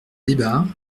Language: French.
débat